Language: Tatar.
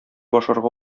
ашарга